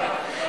אני מסיים.